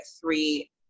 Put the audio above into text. three